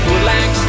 relax